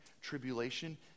tribulation